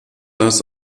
das